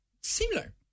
similar